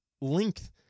length